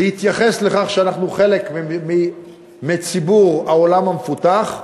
להתייחס לכך שאנחנו חלק מציבור העולם המפותח,